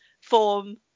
form